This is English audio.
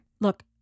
Look